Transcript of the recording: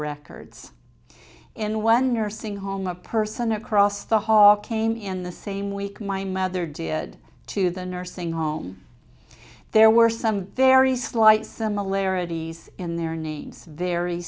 records in one nursing home a person across the hall came in the same week my mother did to the nursing home there were some very slight similarities in their names very